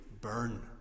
burn